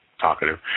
talkative